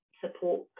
support